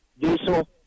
diesel